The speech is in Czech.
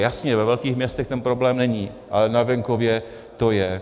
Jasně, ve velkých městech ten problém není, ale na venkově to je.